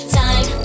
time